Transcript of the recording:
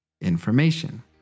information